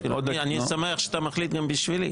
אני שמח שאתה מחליט גם בשבילי.